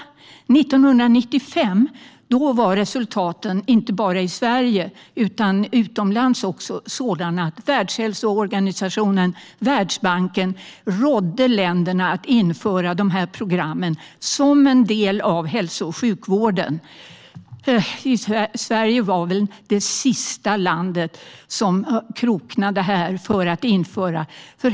År 1995 var resultaten inte bara i Sverige utan även utomlands sådana att Världshälsoorganisationen och Världsbanken rådde länderna att införa dessa program som en del av hälso och sjukvården. Sverige var väl det sista landet som kroknade och införde det.